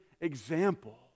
example